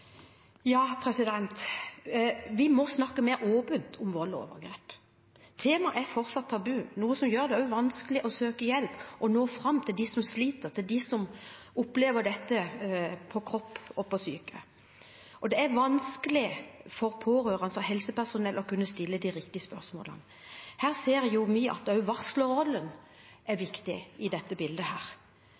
Vi må snakke mer åpent om vold og overgrep. Temaet er fortsatt tabu, noe som gjør det vanskelig å søke hjelp og å nå fram til dem som sliter, de som opplever dette på kropp og på psyke. Det er vanskelig for pårørende og helsepersonell å stille de riktige spørsmålene, og vi ser at varslerrollen også er viktig i dette bildet.